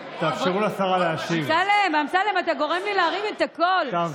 תגידי להורוביץ לבוא לפה, תתביישי, תודה.